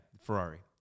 Ferrari